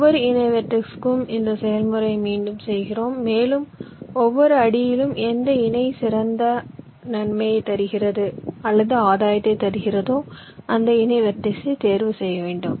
ஒவ்வொரு இணை வெர்ட்டிஸ்க்கும் இந்த செயல்முறையை மீண்டும் செய்கிறோம் மேலும் ஒவ்வொரு அடியிலும் எந்த இணை சிறந்த நன்மையைத் தருகிறது அல்லது ஆதாயத்தை தருகிறதோ அந்த இணை வெர்டிஸ்சை தேர்வு செய்ய வேண்டும்